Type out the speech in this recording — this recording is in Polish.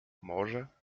może